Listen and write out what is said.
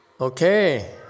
Okay